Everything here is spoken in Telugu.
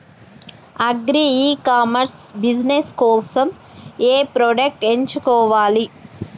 అగ్రి ఇ కామర్స్ బిజినెస్ కోసము ఏ ప్రొడక్ట్స్ ఎంచుకోవాలి?